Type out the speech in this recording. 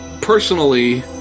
personally